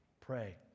Pray